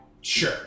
Sure